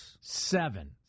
Seven